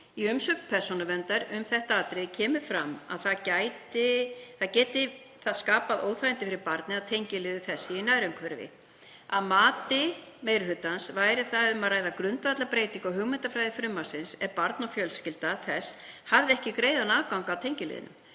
Í umsögn Persónuverndar um þetta atriði kemur fram að það geti skapað óþægindi fyrir barnið að tengiliður þess sé í nærumhverfi. Að mati meiri hlutans væri um að ræða grundvallarbreytingu á hugmyndafræði frumvarpsins ef barn og fjölskylda þess hefði ekki greiðan daglegan aðgang að tengiliðnum.